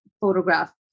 photograph